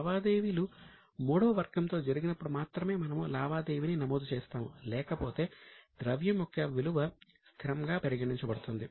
లావాదేవీలు మూడవ వర్గంతో జరిగినప్పుడు మాత్రమే మనము లావాదేవీని నమోదు చేస్తాము లేకపోతే ద్రవ్యం యొక్క విలువ స్థిరంగా పరిగణించబడుతుంది